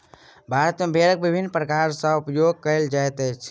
भारत मे भेड़क विभिन्न प्रकार सॅ उपयोग कयल जाइत अछि